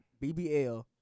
BBL